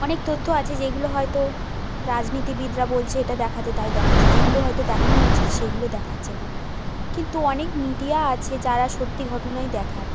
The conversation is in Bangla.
অনেক তথ্য আছে যেইগুলো হয়তো রাজনীতিবিদরা বলছে এটা দেখাতে তাই দেখাচ্ছে যেগুলো হয়তো দেখানো উচিত সেইগুলো দেখাচ্ছে না কিন্তু অনেক মিডিয়া আছে যারা সত্যি ঘটনাই দেখায়